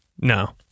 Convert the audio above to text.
No